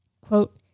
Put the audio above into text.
quote